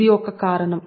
ఇది ఒక కారణం